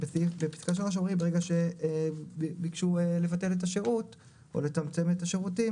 בפסקה (3) אומרים ברגע שביקשו לבטל או לצמצם את השירות,